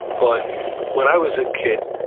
but when i was a kid,